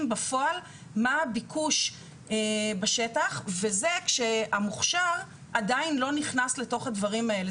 בפועל מה הביקוש בשטח וזה כשהמוכשר עדיין לא נכנס לתוך הדברים האלה.